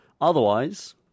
Otherwise